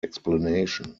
explanation